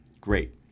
great